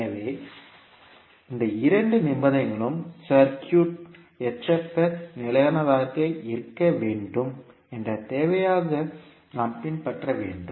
எனவே இந்த இரண்டு நிபந்தனைகளும் சர்க்யூட்க்கு நிலையானதாக இருக்க வேண்டும் என்ற தேவையாக நாம் பின்பற்ற வேண்டும்